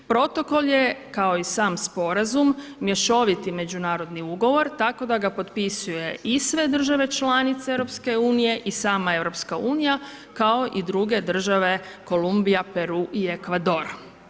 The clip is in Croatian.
Protokol je kao i sam sporazum mješoviti međunarodni ugovore tako da ga potpisuju i sve države članice EU i sama EU kao i druge države, Kolumbija, Peru i Ekvador.